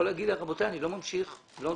אתה יכול להגיד,